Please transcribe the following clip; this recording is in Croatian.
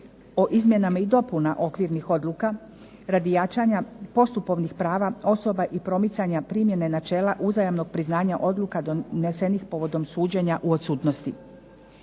o izmjenama i dopuna okvirnih odluka radi jačanja postupovnih prava osoba i promicanja primjene načela uzajamnog priznanja odluka donesenih povodom suđenja u odsutnosti.